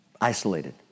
isolated